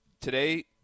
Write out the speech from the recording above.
today